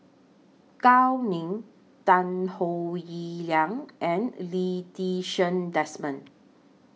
Gao Ning Tan Howe Liang and Lee Ti Seng Desmond